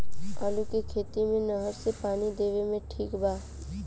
आलू के खेती मे नहर से पानी देवे मे ठीक बा?